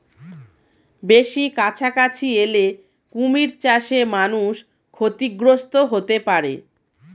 বেশি কাছাকাছি এলে কুমির চাষে মানুষ ক্ষতিগ্রস্ত হতে পারে